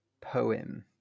poem